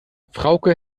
frauke